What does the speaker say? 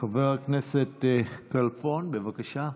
חבר הכנסת כלפון, בבקשה.